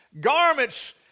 garments